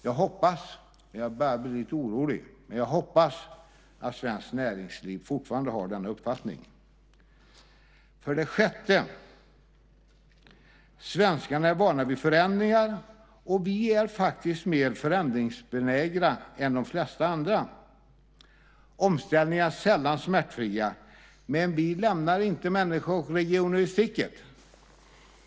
Jag hoppas, men jag börjar bli lite orolig, att Svenskt Näringsliv fortfarande har denna uppfattning. För det sjätte: Svenskarna är vana vid förändringar, och vi är faktiskt mer förändringsbenägna än de flesta andra. Omställningar är sällan smärtfria, men vi lämnar inte människor och regioner i sticket.